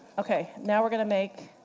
ok, now we're going to make